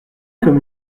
comme